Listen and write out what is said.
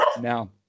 Now